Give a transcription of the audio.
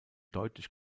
deutlich